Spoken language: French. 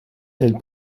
elle